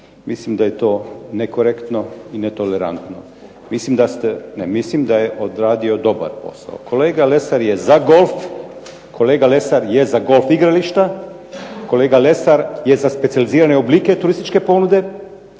Mislim da je to nekorektno i netolerantno. Mislim da je odradio dobar posao. Kolega Lesar je za golf i golf igrališta, kolega Lesar je za specijalizirane oblike turističke ponude,